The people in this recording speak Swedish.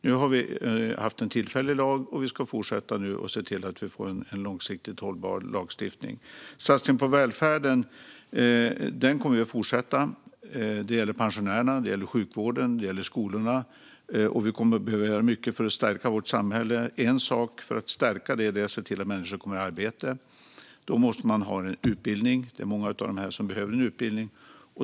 Nu har det funnits en tillfällig lag, och vi ska fortsätta att se till att vi får en långsiktigt hållbar lagstiftning. Satsningen på välfärden kommer vi att fortsätta. Det gäller pensionärerna, sjukvården och skolorna. Vi kommer att behöva göra mycket för att stärka vårt samhälle. En sådan sak är att se till att människor kommer i arbete. Då måste man ha en utbildning, och många behöver utbildning.